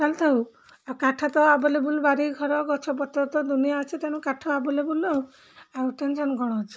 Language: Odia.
ଚାଲ୍ ଥାଉ ଆଉ କାଠ ତ ଆଭେଲେବୁଲ୍ ବାରି ଘର ଗଛ ପତ୍ର ତ ଦୁନିଆ ଅଛି ତେଣୁ କାଠ ଆଭେଲେବୁଲ୍ ଆଉ ଟେନସନ୍ କ'ଣ ଅଛି